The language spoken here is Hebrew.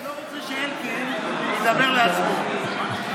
אני לא רוצה שאלקין ידבר לעצמו,